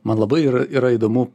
man labai yra yra įdomu